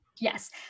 Yes